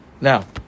now